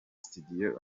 studio